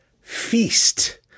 feast